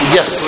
Yes